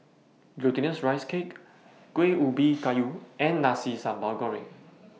Glutinous Rice Cake Kuih Ubi Kayu and Nasi Sambal Goreng